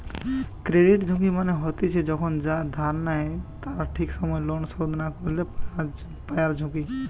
credit ঝুঁকি মানে হতিছে কখন যারা ধার নেই তারা ঠিক সময় লোন শোধ না করতে পায়ারঝুঁকি